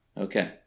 Okay